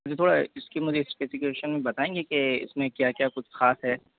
मुझे थोड़ा इसकी मुझे स्पेसिफ़िकेशन बताएंगे के इसमें क्या क्या कुछ खास है